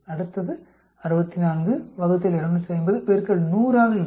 அடுத்தது 64 ÷ 250 100 ஆக இருக்கும்